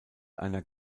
einer